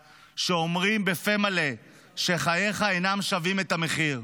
שאומרים בפה מלא שחייך אינם שווים את המחיר.